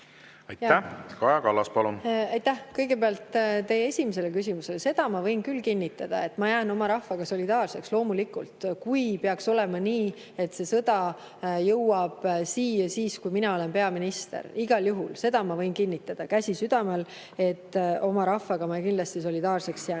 Aitäh! Kaja Kallas, palun! Aitäh! Kõigepealt, teie esimesele küsimusele vastates ma seda võin küll kinnitada, et ma jään oma rahvaga solidaarseks. Loomulikult, kui peaks olema nii, et see sõda jõuab siia siis, kui mina olen peaminister, siis igal juhul, seda ma võin kinnitada, käsi südamel, et oma rahvaga ma kindlasti solidaarseks jään. Nüüd